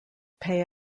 pay